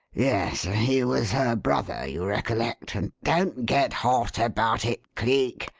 yes. he was her brother, you recollect, and don't get hot about it, cleek.